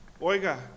oiga